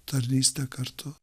tarnystę kartu